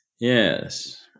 Yes